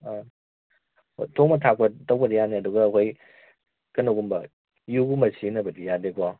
ꯑꯥ ꯊꯣꯡꯕ ꯊꯥꯛꯄ ꯇꯧꯕꯗꯤ ꯌꯥꯅꯤ ꯑꯗꯨꯒ ꯑꯈꯣꯏꯒꯤ ꯀꯩꯅꯣꯒꯨꯝꯕ ꯌꯨꯒꯨꯝꯕ ꯁꯤꯖꯤꯟꯅꯕꯗꯤ ꯌꯥꯗꯦꯀꯣ